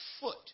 foot